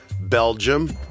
Belgium